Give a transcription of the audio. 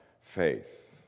Faith